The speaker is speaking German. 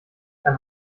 dann